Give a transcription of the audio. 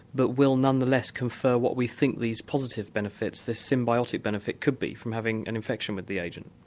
but will nonetheless confer what we think these positive benefits, this symbiotic benefit could be from having an infection with the agent?